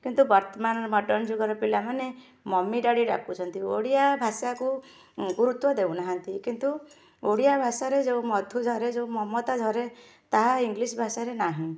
କିନ୍ତୁ ବର୍ତ୍ତମାନ ମଡ଼ର୍ଣ୍ଣ ଯୁଗର ପିଲାମାନେ ମମି ଡାଡ଼ି ଡାକୁଛନ୍ତି ଓଡ଼ିଆ ଭାଷାକୁ ଗୁରୁତ୍ୱ ଦଉନାହାଁନ୍ତି କିନ୍ତୁ ଓଡ଼ିଆ ଭାଷାରେ ଯେଉଁ ମଧୁ ଝରେ ଯେଉଁ ମମତା ଝରେ ତା ଇଂଲିଶ ଭାଷାରେ ନାହିଁ